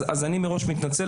אז אני מראש מתנצל,